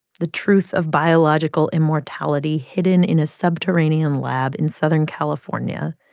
the truth of biological immortality hidden in a subterranean lab in southern california.